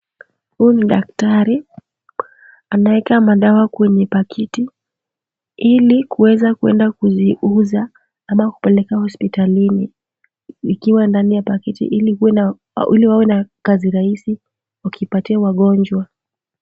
Huyu ni daktari. Anaweka madawa kwenye pakiti ili kueza kuenda kuziuza, ama kupeleka hospitalini ikiwa ndani ya pakiti, ili wawe na kazi rahisi wakipatia wagonjwa.